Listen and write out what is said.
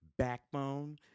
Backbone